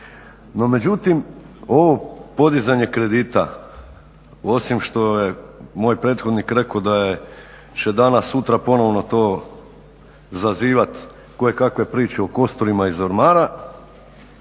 No međutim ovo podizanje kredita, osim što je moj prethodnik rekao da će danas sutra ponovno to zazivati koje kakve priče o kosturima iz ormara,